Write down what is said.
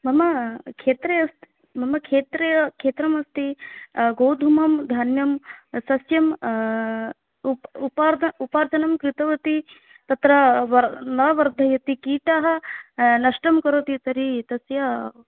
मम क्षेत्रे अस् मम क्षेत्रे क्षेत्रम् अस्ति गोधूमं धान्यं सस्यं उप उपार् उपार्तनं कृतवती तत्र न वर्धयति कीटः नष्टं करोति तर्हि तस्य